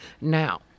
Now